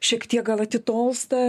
šiek tiek gal atitolsta